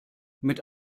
mit